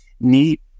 Neat